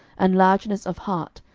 and largeness of heart,